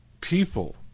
people